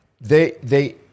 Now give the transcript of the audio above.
they—they